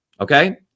Okay